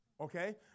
Okay